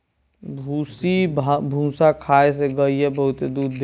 भूसी भूसा खाए से गईया बहुते दूध देवे लागेले